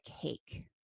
cake